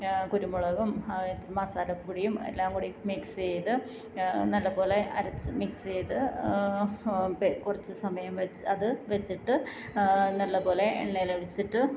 കുരുമുളകും മസാലപ്പൊടിയും എല്ലാംകൂടെ ഈ മിക്സ്സ് ചെയ്ത് നല്ലപോലെ അരച്ച് മിക്സ് ചെയ്ത് കുറച്ച് സമയം അത് വെച്ചിട്ട് നല്ലപോലെ എണ്ണയിൽ ഒഴിച്ചിട്ട്